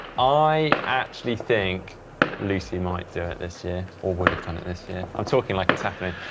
i actually think lucy might do it this year, or would have done it this year. i'm talking like it's happening.